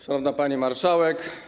Szanowna Pani Marszałek!